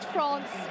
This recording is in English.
France